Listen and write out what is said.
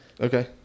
Okay